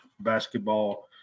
basketball